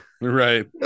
Right